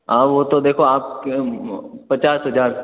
हाँ वो तो देखो आप पचास हजार